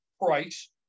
price